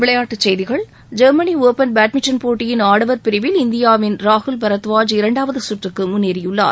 விளையாட்டுச் செய்திகள் Germany Open badminton போட்டியின் ஆடவர் பிரிவில் இந்தியாவின் ராகுல் பரத்வாஜ் இரண்டாவது சுற்றுக்கு முன்னேறியுள்ளார்